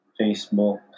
Facebook